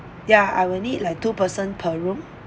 ya I will need like two person per room